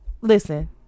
Listen